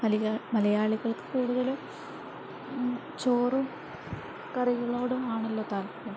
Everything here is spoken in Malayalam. അധികം മലയാളികൾക്കു കൂടുതലും ചോറും കറികളോടുമാണല്ലോ താൽപര്യം